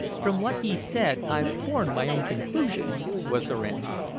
from what he said, i've formed my own conclusions, was her answer.